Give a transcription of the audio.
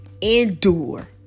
Endure